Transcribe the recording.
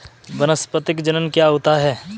वानस्पतिक जनन क्या होता है?